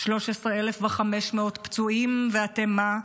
13,500 פצועים, ואתם מה?